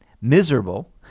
miserable